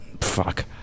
fuck